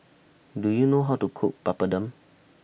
Do YOU know How to Cook Papadum